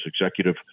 executive